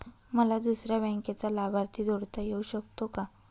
मला दुसऱ्या बँकेचा लाभार्थी जोडता येऊ शकतो का?